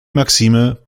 maxime